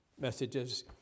messages